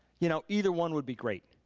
you know either one would be great.